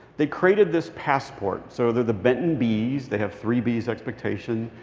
they created this passport. so they're the benton bees. they have three b's expectation.